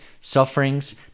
sufferings